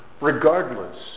Regardless